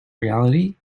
reality